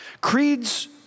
Creeds